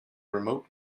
remote